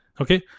okay